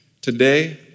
Today